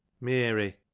Mary